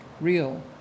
Real